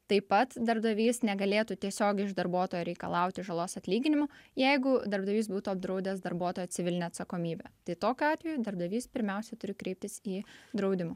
taip pat darbdavys negalėtų tiesiogiai iš darbuotojo reikalauti žalos atlyginimo jeigu darbdavys būtų apdraudęs darbuotoją civiline atsakomybe tai tokiu atveju darbdavys pirmiausiai turi kreiptis į draudimą